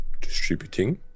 distributing